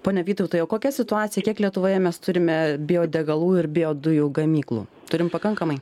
pone vytautai o kokia situacija kiek lietuvoje mes turime biodegalų ir biodujų gamyklų turim pakankamai